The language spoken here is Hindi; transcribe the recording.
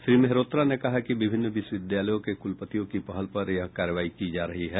श्री मेहरोत्रा ने कहा कि विभिन्न विश्वविद्यालयों के कुलपतियों की पहल पर यह कार्रवाई की जा रही है